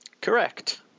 Correct